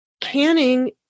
Canning